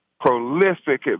prolific